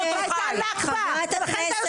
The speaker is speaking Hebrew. חושב שיום עצמאות שלנו זה נכבה, תלך לסוריה.